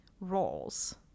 roles